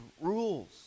rules